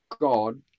God